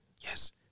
yes